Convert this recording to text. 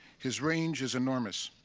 his range is enormous.